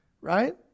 Right